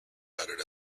added